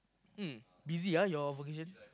um busy ah your vocation